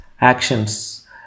actions